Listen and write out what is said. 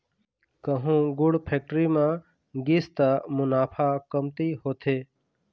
कहूँ गुड़ फेक्टरी म गिस त मुनाफा कमती होथे